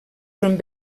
són